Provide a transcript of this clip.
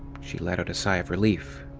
she let out a sigh of relief.